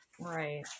Right